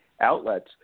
outlets